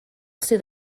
sydd